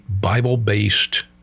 Bible-based